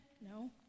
no